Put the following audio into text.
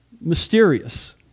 mysterious